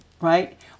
right